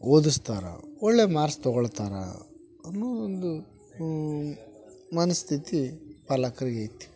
ಓದಿಸ್ತಾರ ಒಳ್ಳೆಯ ಮಾರ್ಕ್ಸ್ ತಗೊಳ್ತಾರೆ ಅನ್ನೋ ಒಂದು ಮನಸ್ಥಿತಿ ಪಾಲಕ್ರಿಗೆ ಐತಿ